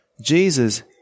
Jesus